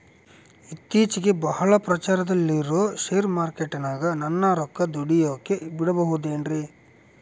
ಇತ್ತೇಚಿಗೆ ಬಹಳ ಪ್ರಚಾರದಲ್ಲಿರೋ ಶೇರ್ ಮಾರ್ಕೇಟಿನಾಗ ನನ್ನ ರೊಕ್ಕ ದುಡಿಯೋಕೆ ಬಿಡುಬಹುದೇನ್ರಿ?